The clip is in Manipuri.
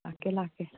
ꯂꯥꯛꯀꯦ ꯂꯥꯛꯀꯦ